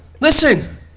Listen